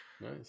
Nice